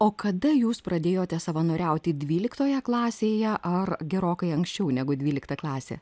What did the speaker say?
o kada jūs pradėjote savanoriauti dvyliktoje klasėje ar gerokai anksčiau negu dvylikta klasė